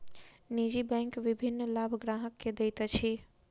निजी बैंक विभिन्न लाभ ग्राहक के दैत अछि